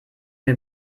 mir